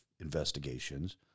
investigations